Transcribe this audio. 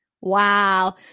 Wow